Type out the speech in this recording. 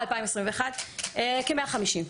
ב-2021 כ-150.